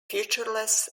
featureless